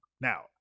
Now